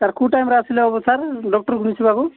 sir କୋଉଁ ଟାଇମ୍ରେ ଆସିଲେ ହେବ ସାର୍ ଡକ୍ଟର୍କୁ ଦେଖିବାକୁ